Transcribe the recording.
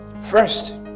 First